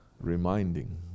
reminding